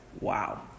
Wow